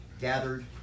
gathered